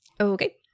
Okay